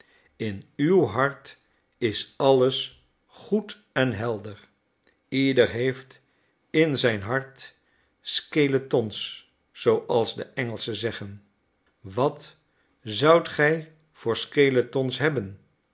in uw hart is alles goed en helder ieder heeft in zijn hart skeletons zooals de engelschen zeggen wat zoudt gij voor skeletons hebben